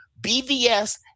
BVS